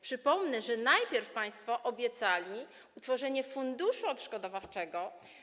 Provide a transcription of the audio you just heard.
Przypomnę, że najpierw państwo obiecali utworzenie funduszu odszkodowawczego.